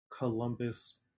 Columbus